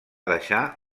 deixar